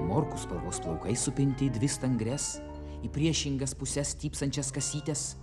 morkų spalvos plaukai supinti į dvi stangrias į priešingas puses stypsančias kasytes